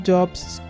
Jobs